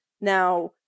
Now